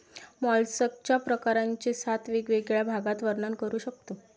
मॉलस्कच्या प्रकारांचे सात वेगवेगळ्या भागात वर्णन करू शकतो